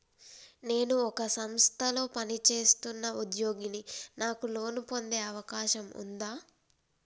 నేను ఒక సంస్థలో పనిచేస్తున్న ఉద్యోగిని నాకు లోను పొందే అవకాశం ఉందా?